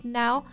now